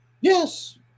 Yes